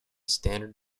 standard